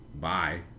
Bye